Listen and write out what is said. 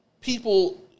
people